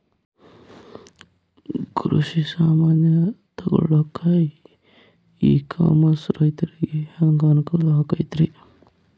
ಕೃಷಿ ಸಾಮಾನ್ ತಗೊಳಕ್ಕ ಇ ಕಾಮರ್ಸ್ ರೈತರಿಗೆ ಹ್ಯಾಂಗ್ ಅನುಕೂಲ ಆಕ್ಕೈತ್ರಿ?